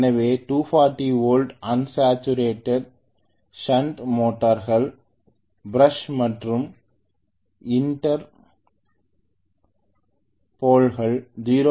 எனவே 240 volt unsaturated shunt மோட்டார்கள் brush மற்றும் இன்டர்பொள்கள் 0